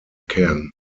can